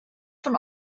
von